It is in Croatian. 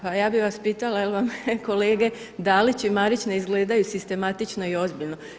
Pa ja bih vas pitala jel' vam kolege Dalić i Marić ne izgledaju sistematično i ozbiljno.